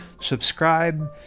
subscribe